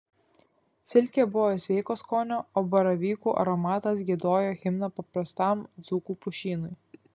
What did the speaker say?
silkė buvo sveiko skonio o baravykų aromatas giedojo himną paprastam dzūkų pušynui